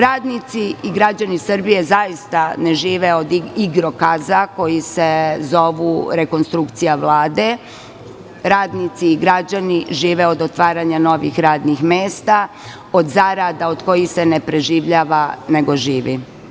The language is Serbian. Radnici i građani Srbije zaista ne žive od igrokaza koji se zovu rekonstrukcija Vlade, radnici i građani žive od otvaranja novih radnih mesta, od zarada od kojih se ne preživljava, nego živi.